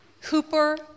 Hooper